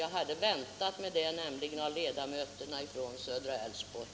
Jag hade nämligen väntat mig det av herr Nyhage, som är en av ledamöterna från södra Älvsborg.